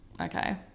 okay